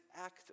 act